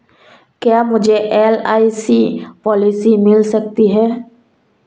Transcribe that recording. क्या मुझे LIC policy मिल सकती है?